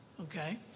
okay